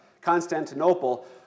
Constantinople